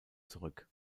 zurück